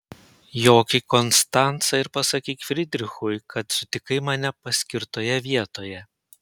jok į konstancą ir pasakyk fridrichui kad sutikai mane paskirtoje vietoje